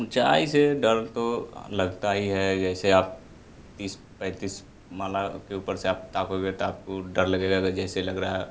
ऊँचाई से डर तो लगता ही है जैसे आप तीस पैंतीस माला के ऊपर से आप ताकोगे तो आपको डर लगेगा अगर जैसे लग रहा है